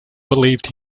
believed